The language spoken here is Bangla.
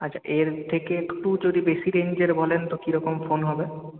আচ্ছা এর থেকে একটু যদি বেশি রেঞ্জের বলেন তো কিরকম ফোন হবে